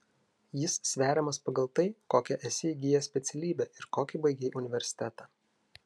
jis sveriamas pagal tai kokią esi įgijęs specialybę ir kokį baigei universitetą